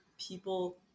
people